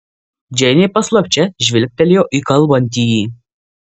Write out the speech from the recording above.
džeinė paslapčia žvilgtelėjo į kalbantįjį